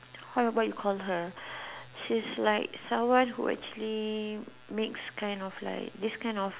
how about you call her she's like someone who actually makes kind of like this kind of